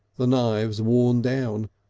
the knives worn down,